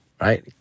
Right